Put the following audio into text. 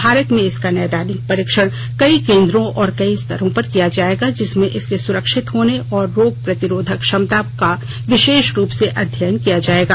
भारत में इसका नैदानिक परीक्षण कई केंद्रों और कई स्तरों पर किया जाएगा जिसमें इसके सुरक्षित होने और रोग प्रतिरोधक क्षमता का विशेष रूप से अध्ययन किया जाएगा